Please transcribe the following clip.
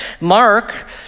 Mark